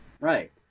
right